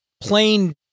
plain